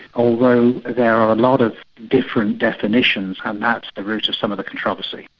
although there are a lot of different definitions and that's the root of some of the controversy.